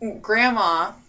Grandma